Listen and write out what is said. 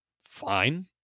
fine